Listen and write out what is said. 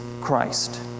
Christ